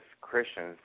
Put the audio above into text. Christians